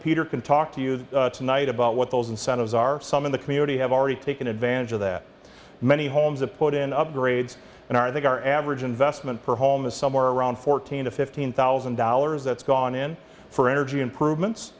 peter can talk to you tonight about what those incentives are some in the community have already taken advantage of that many homes have put in upgrades and i think our average investment performance somewhere around fourteen to fifteen thousand dollars that's gone in for energy improvements